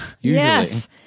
Yes